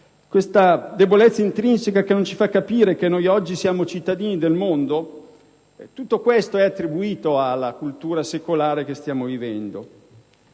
questa debolezza intrinseca che non ci fa capire che oggi siamo cittadini del mondo. Tutto ciò è attribuito alla cultura secolare che stiamo vivendo: